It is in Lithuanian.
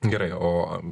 gerai o